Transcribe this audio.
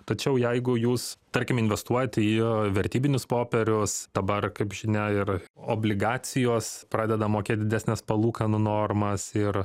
tačiau jeigu jūs tarkim investuojat į vertybinius popierius dabar kaip žinia ir obligacijos pradeda mokėt didesnes palūkanų normas ir